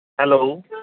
hello